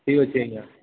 ଠିକ୍ ଅଛି ଆଜ୍ଞା